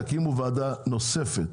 תקימו וועדה נוספת